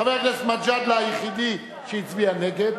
חבר הכנסת מג'אדלה הוא היחידי שהצביע נגד.